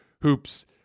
hoops